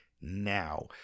now